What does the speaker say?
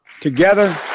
Together